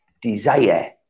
desire